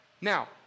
Now